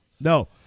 No